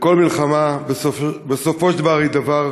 וכל מלחמה, בסופו של דבר, היא דבר